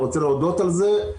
רוצה להודות על זה.